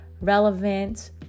relevant